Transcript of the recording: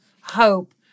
hope